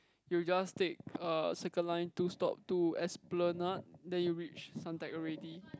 you just take uh circle line two stop to Esplanade then you reach Suntec already